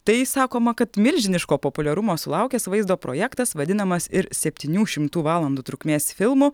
tai sakoma kad milžiniško populiarumo sulaukęs vaizdo projektas vadinamas ir septynių šimtų valandų trukmės filmu